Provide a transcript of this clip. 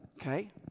Okay